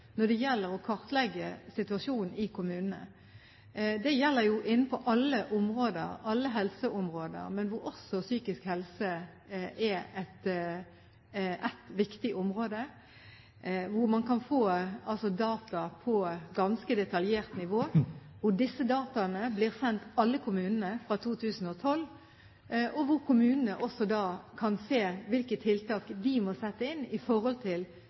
når det gjelder å kartlegge situasjonen i kommunene. Det gjelder på alle helseområder, hvor også psykisk helse er ett viktig område. Man kan få data på ganske detaljert nivå, og disse dataene blir sendt alle kommunene fra 2012, slik at kommunene da kan se hvilke tiltak de må sette inn i forhold til